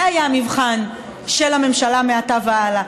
זה יהיה המבחן של הממשלה מעתה והלאה.